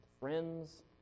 friends